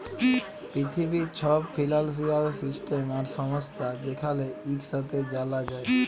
পিথিবীর ছব financial system আর সংস্থা যেখালে ইকসাথে জালা যায়